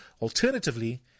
Alternatively